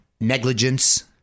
negligence